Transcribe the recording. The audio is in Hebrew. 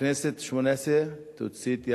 הכנסת השמונה-עשרה תוציא את ימיה,